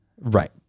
right